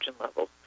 levels